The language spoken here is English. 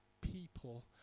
people